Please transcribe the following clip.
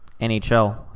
NHL